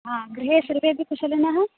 हा गृहे सर्वेपि कुशलिनः